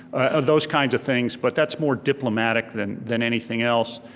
those kinds of things, but that's more diplomatic than than anything else.